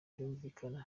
byumvikana